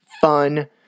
fun